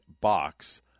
box